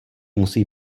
musí